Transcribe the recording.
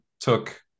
took